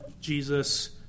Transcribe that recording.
Jesus